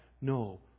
no